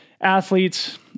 athletes